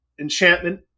enchantment